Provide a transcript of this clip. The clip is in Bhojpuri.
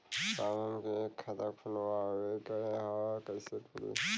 साहब हमके एक खाता खोलवावे के ह कईसे खुली?